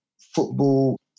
football